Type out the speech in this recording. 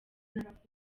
n’abakunzi